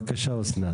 בבקשה אסנת.